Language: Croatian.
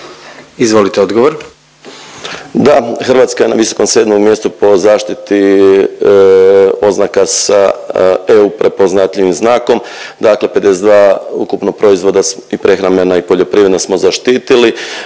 **Majdak, Tugomir** Da, Hrvatska je na visokom sedmom mjestu po zaštiti oznaka sa eu prepoznatljivim znakom, dakle 52 ukupno proizvoda i prehrambena i poljoprivredna smo zaštitili.